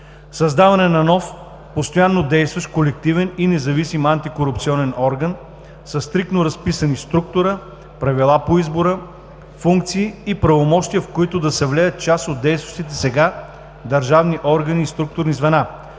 създаване на нов, постоянно действащ, колективен и независим антикорупционен орган, със стриктно разписани: структура, правила по избора, функции и правомощия, в който да се влеят част от действащите държавни органи и структурни звена,